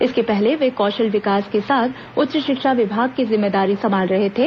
इसके पहले वे कौशल विकास के साथ उच्च शिक्षा विभाग की जिम्मेदारी संभाल रहे थे